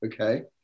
okay